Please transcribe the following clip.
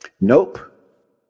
Nope